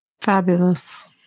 Fabulous